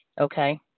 okay